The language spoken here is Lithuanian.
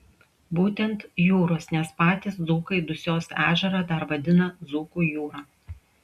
būtent jūros nes patys dzūkai dusios ežerą dar vadina dzūkų jūra